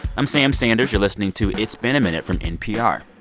i'm sam sanders. you're listening to it's been a minute from npr